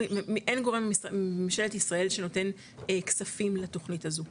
אין גורם בממשלת ישראל שנותן כספים לתוכנית הזו,